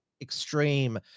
extreme